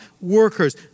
workers